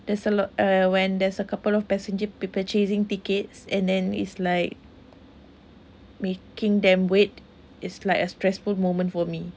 there's a lot uh when there's a couple of passenger be purchasing tickets and then is like making them wait is like a stressful moment for me